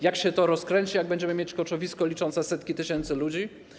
Jak się to rozkręci, jak będziemy mieć koczowisko liczące setki tysięcy ludzi?